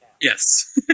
Yes